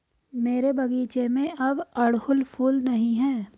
मेरे बगीचे में अब अड़हुल फूल नहीं हैं